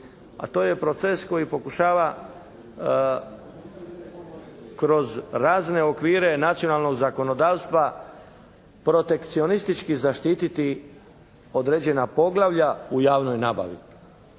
A to je proces koji pokušava kroz razne okvire nacionalnog zakonodavstva protekcionistički zaštititi određena poglavlja u javnoj nabavi.